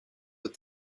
with